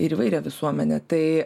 ir įvairią visuomenę tai